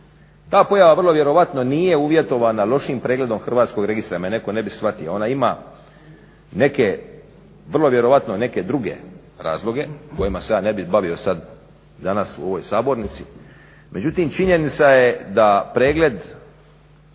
Ta pojava vrlo vjerovatno nije uvjetovana lošim pregledom hrvatskog registra, da me netko ne bi shvatio. Ona ima neke vrlo vjerojatno neke druge razloge kojima se ja ne bih bavio sad danas u ovoj sabornici. Međutim, činjenica je da pregled